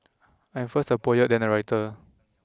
I am first a poet then a writer